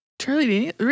Charlie